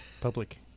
Public